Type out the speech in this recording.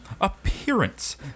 Appearance